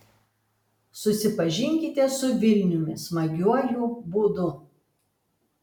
susipažinkite su vilniumi smagiuoju būdu